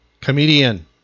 comedian